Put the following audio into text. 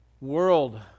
world